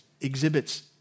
exhibits